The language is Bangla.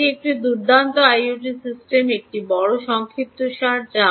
সুতরাং এটি একটি দুর্দান্ত আইওটি সিস্টেমের বড় সংক্ষিপ্তসার